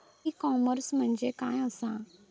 E commerce म्हणजे काय असा?